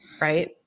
right